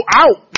out